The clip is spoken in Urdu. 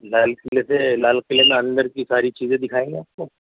لال قلعے سے لال قلعے میں اندر کی ساری چیزیں دکھائیں گے آپ کو